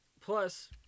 Plus